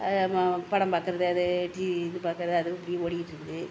படம் பார்க்குறது அது டிவி இது பார்க்குறது அது அப்படியே ஓடிக்கிட்டு இருக்குது